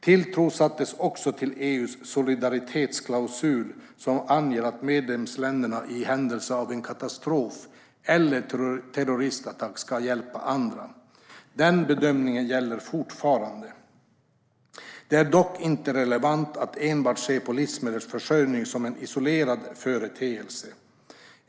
Tilltro sattes också till EU:s solidaritetsklausul, som anger att medlemsländerna i händelse av en katastrof eller terroristattack ska hjälpa andra. Den bedömningen gäller fortfarande. Det är dock inte relevant att se på livsmedelsförsörjningen enbart som en isolerad företeelse.